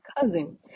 cousin